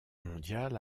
mondiale